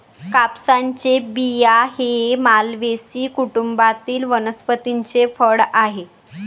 कापसाचे बिया हे मालवेसी कुटुंबातील वनस्पतीचे फळ आहे